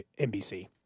NBC